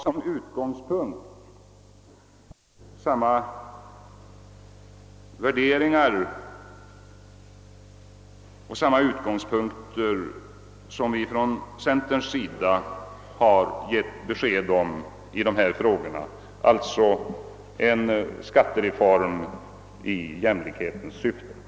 Kommer detta förslag att ha samma utgångspunkt och samma värderingar som har betonats från centerpartiets sida så att det verkligen blir fråga om en skattereform som syftar till jämlikhet?